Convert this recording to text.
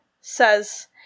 says